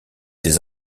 des